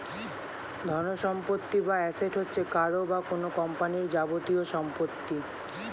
ধনসম্পত্তি বা অ্যাসেট হচ্ছে কারও বা কোন কোম্পানির যাবতীয় সম্পত্তি